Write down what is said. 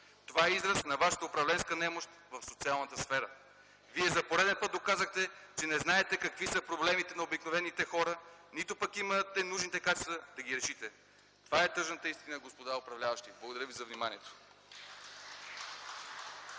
Това е израз на вашата управленска немощ в социалната сфера. Вие за пореден път доказахте, че не знаете какви са проблемите на обикновените хора, нито пък имате нужните качества да ги решите. Това е тъжната истина, господа управляващи. Благодаря Ви за вниманието.